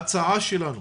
ההצעה שלנו